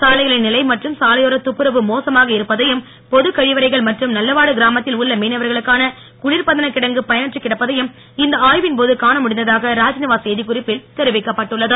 சாலைகளின் நிலை மற்றும் சாலையோர துப்புரவு மோசமாக இருப்பதையும் பொதுக் கழிவறைகள் மற்றும் நல்லவாடு கிராமத்தில் உள்ள மீனவர்களுக்கான குளிர்பதன கிடங்கு பயனற்று கிடப்பதையும் இந்த ஆய்வின் போது காண முடிந்ததாக செய்திக்குறிப்பில் தெரிவிக்கப்பட்டுள்ளது